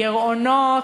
גירעונות,